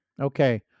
okay